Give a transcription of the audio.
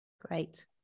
Great